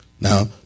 Now